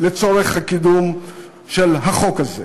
לצורך הקידום של החוק הזה.